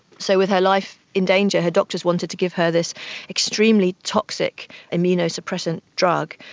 so with her life in danger, her doctors wanted to give her this extremely toxic immunosuppressant drug.